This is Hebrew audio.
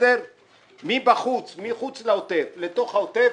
מחוץ לעוטף לתוך העוטף,